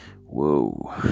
Whoa